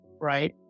right